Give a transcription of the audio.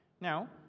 now